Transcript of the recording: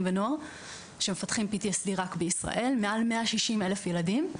ונוער שמפתחים PTSD. רק בישראל מעל 160,000 ילדים.